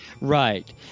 Right